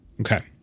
Okay